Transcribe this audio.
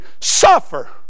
suffer